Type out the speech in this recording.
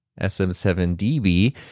SM7DB